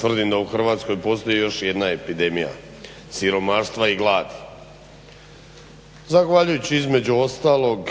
tvrdim da u Hrvatskoj postoji još i jedna epidemija siromaštva i gladi. Zahvaljujući između ostalog